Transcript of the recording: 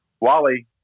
Wally